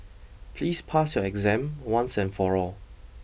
please pass your exam once and for all